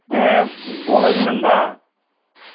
ᱦᱮᱸ ᱵᱚᱲᱚᱧ ᱢᱮᱱ ᱫᱟ